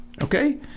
Okay